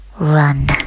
run